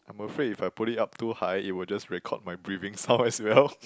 I'm afraid if I put it up too high it would just record my breathing sound as well